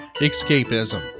escapism